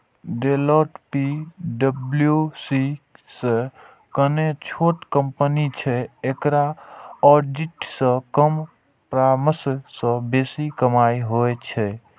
Deloitte पी.डब्ल्यू.सी सं कने छोट कंपनी छै, एकरा ऑडिट सं कम परामर्श सं बेसी कमाइ होइ छै